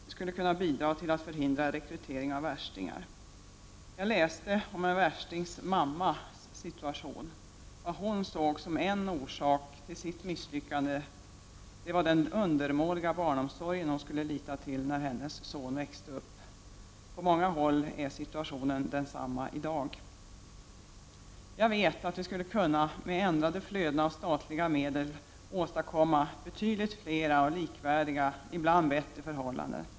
Det skulle kunna bidra till att förhindra rekryteringen av värstingar. Jag läste om en värstings mammas situation. Det hon ansåg vara en orsak till sitt misslyckande var den undermåliga barnomsorgen hon skulle lita till när hennes son växte upp. På många håll är situationen densamma i dag. Jag vet att vi med ändrade flöden av statliga medel skulle kunna åstadkomma betydligt flera och likvärdiga, ibland bättre, förhållanden.